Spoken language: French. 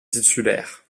titulaire